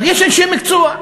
אבל יש אנשי מקצוע,